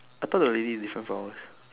I thought the lady is different from ours